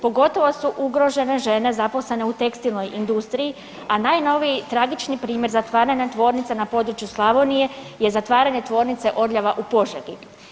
Pogotovo su ugrožene žene zaposlene u tekstilnoj industriji, a najnoviji tragični primjer zatvaranja tvornica na području Slavonije je zatvaranje Tvornice Orljava u Požegi.